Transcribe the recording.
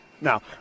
Now